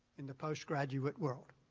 in the post-graduate world.